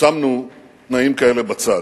שמנו תנאים כאלה בצד,